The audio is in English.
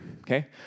Okay